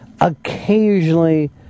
occasionally